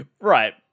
Right